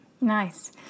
Nice